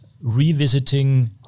revisiting